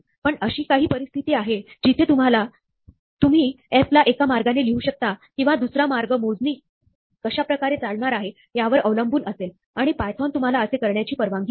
पण अशा काही परिस्थिती आहे जिथे तुम्ही f ला एका मार्गाने लिहू शकता किंवा दुसरा मार्ग मोजणी कशाप्रकारे चालणार आहे यावर अवलंबून असेल आणि पायथोन तुम्हाला असे करण्याची परवानगी देते